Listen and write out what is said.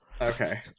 Okay